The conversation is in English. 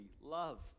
love